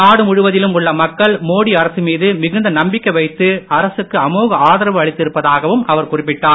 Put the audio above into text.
நாடு முழுவதிலும் உள்ள மக்கள் மோடி அரசு மீது மிகுந்த நம்பிக்கை வைத்து அரசுக்கு அமோக ஆதரவு அளித்திருப்பதாகவும் அவர் குறிப்பிட்டார்